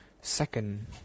second